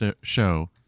show